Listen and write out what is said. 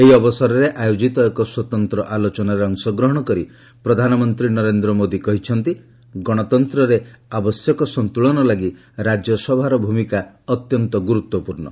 ଏହି ଅବସରରେ ଆୟୋଜିତ ଏକ ସ୍ୱତନ୍ତ୍ର ଆଲୋଚନାରେ ଅଂଶଗ୍ରହଣ କରି ପ୍ରଧାନମନ୍ତ୍ରୀ ନରେନ୍ଦ୍ର ମୋଦି କହିଛନ୍ତି ଗଣତନ୍ତରେ ଆବଶ୍ୟକ ସନ୍ତଳନ ଲାଗି ରାଜ୍ୟସଭାର ଭୂମିକା ଅତ୍ୟନ୍ତ ଗୁରୁତ୍ୱପୂର୍ଣ୍ଣ